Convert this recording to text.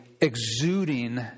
exuding